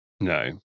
No